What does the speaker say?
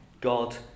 God